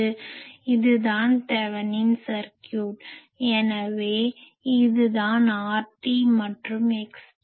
இதுதான் தெவனின் சர்க்யூட் எனவே இதுதான் RT மற்றும் XT ஆகும்